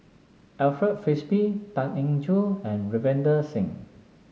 Alfred Frisby Tan Eng Joo and Ravinder Singh